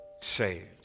saved